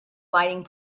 lighting